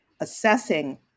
assessing